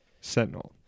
Sentinel